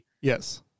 Yes